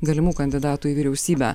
galimų kandidatų į vyriausybę